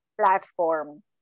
platform